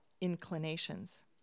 inclinations